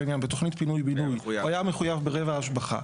בתוכנית פינוי-בינוי הוא היה מחויב ב --- ההשבחה,